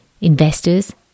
investors